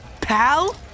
pal